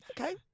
Okay